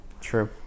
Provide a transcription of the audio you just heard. True